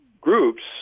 groups